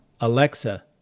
Alexa